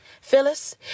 Phyllis